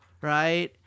right